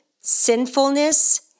sinfulness